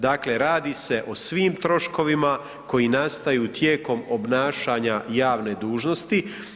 Dakle, radi se o svim troškovima koji nastaju tijekom obnašanja javne dužnosti.